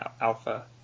Alpha